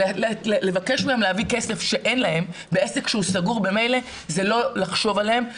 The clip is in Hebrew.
ולבקש מהם להביא כסף שאין להם בעסק שהוא סגור ממילא זה לא לחשוב עליהם.